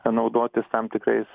naudotis tam tikrais